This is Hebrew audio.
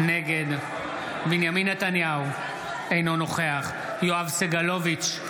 נגד בנימין נתניהו, אינו נוכח יואב סגלוביץ'